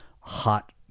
hot